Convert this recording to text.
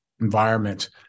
environment